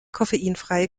koffeinfreie